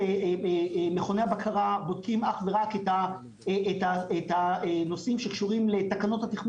מכוני הבקרה בודקים אך ורק את הנושאים שקשורים לתקנות התכנון